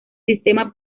sistema